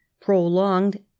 prolonged